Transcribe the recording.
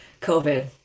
COVID